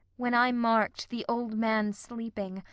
when i marked the old man sleeping,